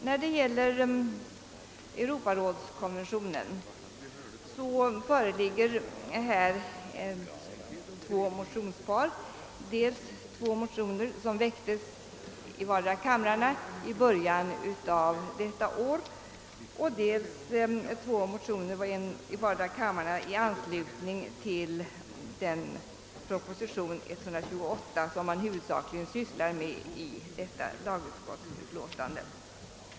När det gäller europarådskonventio nen föreligger två motionspar, dels en motion i vardera kammaren i början av detta år och dels en motion i vardera kammaren i anslutning till den proposition, nr 128, som man huvudsakligen sysslar med i första lagutskottets utlåtande.